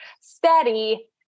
steady